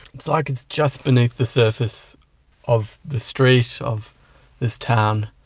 it's like it's just beneath the surface of the street, of this town,